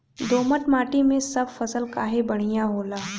दोमट माटी मै सब फसल काहे बढ़िया होला?